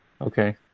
okay